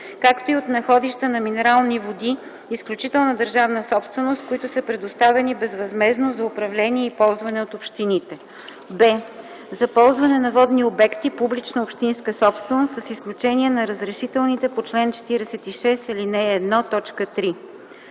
както и от находища на минерални води - изключителна държавна собственост, които са предоставени безвъзмездно за управление и ползване от общините; б) за ползване на водни обекти – публична общинска собственост, с изключение на разрешителните по чл. 46, ал. 1, т. 3.